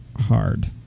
hard